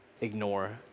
ignore